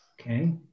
okay